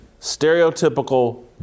stereotypical